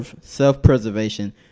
self-preservation